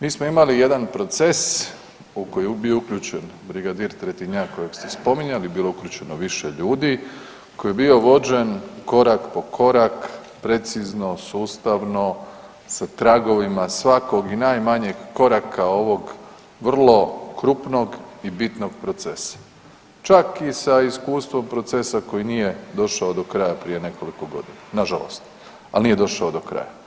Mi smo imali jedan proces u koji je bio uključen brigadir Tretinjak kojeg ste spominjali, bilo je uključno više ljudi, koji je bio vođen korak po korak, precizno, sustavno sa tragovima svakog i najmanjeg koraka ovog vrlo krupnog i bitnog procesa, čak i sa iskustvom procesa koji nije došao do kraja prije nekoliko godina nažalost, al nije došao do kraja.